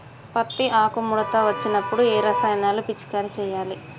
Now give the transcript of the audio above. పత్తి ఆకు ముడత వచ్చినప్పుడు ఏ రసాయనాలు పిచికారీ చేయాలి?